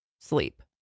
Sleep